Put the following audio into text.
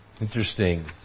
Interesting